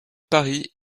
paris